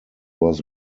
was